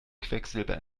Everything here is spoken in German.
quecksilber